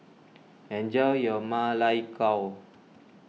enjoy your Ma Lai Gao